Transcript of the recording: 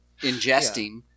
ingesting